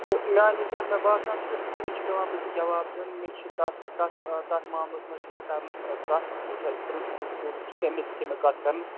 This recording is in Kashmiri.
تہٕ میٛانہِ حساب مےٚ باسان چھِ مےٚ تہِ چھِ پٮ۪وان بٕتھِ جواب دیُن مےٚ چھِ تَتھ تَتھ تَتھ معاملَس منٛز چھِ مےٚ کرُن کَتھ یُس اَسہِ پِرنسپٕل سُکوٗلُک چھِ تٔمِس سۭتۍ چھِ مےٚ کَتھ کرٕنۍ